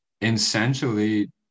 essentially